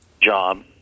job